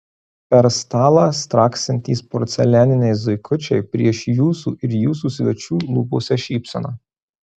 per stalą straksintys porcelianiniai zuikučiai pieš jūsų ir jūsų svečių lūpose šypseną